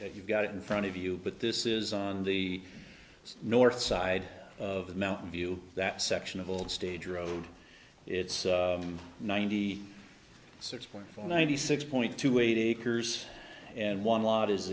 if you've got it in front of you but this is on the north side of the mountain view that section of old stager road it's ninety six point four ninety six point two eight acres and one l